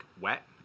wet